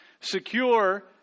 secure